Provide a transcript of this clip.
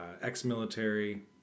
ex-military